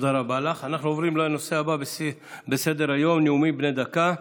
אנחנו עוברים לנושא הבא בסדר-היום: נאומים בני דקה.